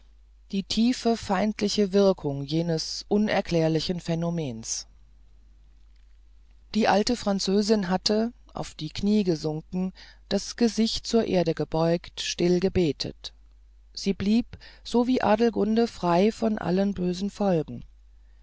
die tiefe feindliche wirkung jenes unerklärlichen phänomens die alte französin hatte auf die knie gesunken das gesicht zur erde gebeugt still gebetet sie blieb so wie adelgunde frei von allen bösen folgen